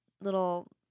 little